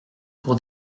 pour